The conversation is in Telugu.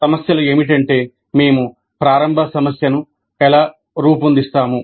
సమస్యలు ఏమిటంటే మేము ప్రారంభ సమస్యను ఎలా రూపొందిస్తాము